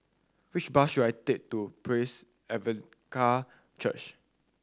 which bus should I take to Praise Church